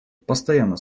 постоянно